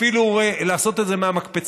אפילו לעשות את זה מהמקפצה,